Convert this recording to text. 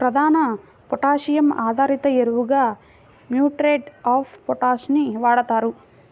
ప్రధాన పొటాషియం ఆధారిత ఎరువుగా మ్యూరేట్ ఆఫ్ పొటాష్ ని వాడుతారు